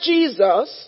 Jesus